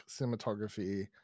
cinematography